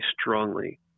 strongly